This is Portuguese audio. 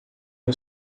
meu